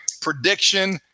prediction